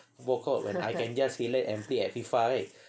football court when I can just relax and play at FIFA right